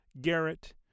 Garrett